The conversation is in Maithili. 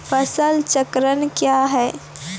फसल चक्रण कया हैं?